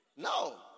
No